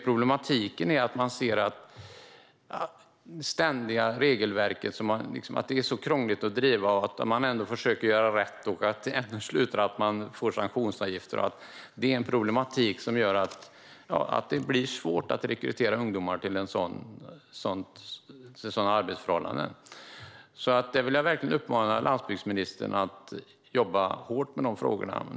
Problemet är i stället regelverket och att det är så krångligt att driva saker och ting. När man försöker att göra rätt slutar det ändå med att man får sanktionsavgifter. Det är en problematik som gör att det blir svårt att rekrytera ungdomar till sådana arbetsförhållanden. Jag vill verkligen uppmana landsbygdsministern att jobba hårt med dessa frågor.